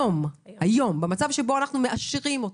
היום, היום, במצב שבו אנחנו מאשרים אותו,